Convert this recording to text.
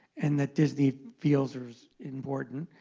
and that disney feels is important.